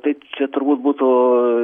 tai čia turbūt būtų